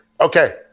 Okay